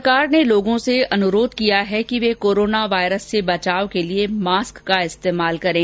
सरकार ने लोगों से अनुरोध किया है कि वे कोरोना वायरस से बचाव के लिए मॉस्क का इस्तेमाल करें